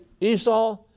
Esau